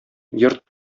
йорт